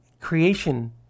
creation